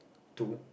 to